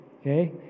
okay